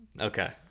Okay